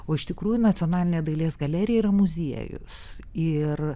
o iš tikrųjų nacionalinė dailės galerija yra muziejus ir